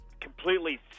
completely